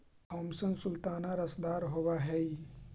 Thompson sultana रसदार होब हई